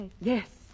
Yes